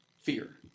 fear